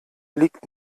liegt